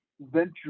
venture